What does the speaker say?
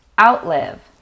outlive